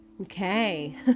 Okay